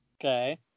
Okay